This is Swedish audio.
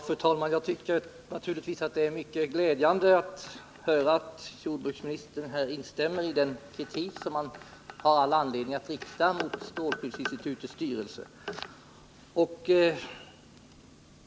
Fru talman! Jag tycker naturligtvis att det är mycket glädjande att höra jordbruksministern instämma i den kritik som man har all anledning att rikta mot strålskyddsinstitutets styrelse.